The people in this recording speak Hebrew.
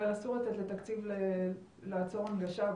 אבל אסור לתת לתקציב לעצור הנגשה,